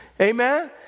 Amen